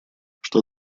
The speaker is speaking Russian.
что